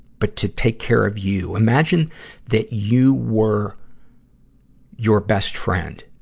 but to take care of you. imagine that you were your best friend.